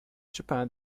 japan